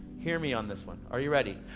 hear me on this one. are you ready?